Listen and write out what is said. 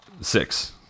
Six